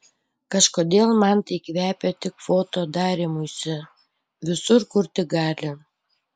kažkodėl man tai kvepia tik foto darymusi visur kur tik gali